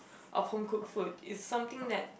of home cooked food it's something that